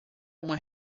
uma